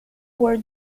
were